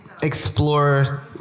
explore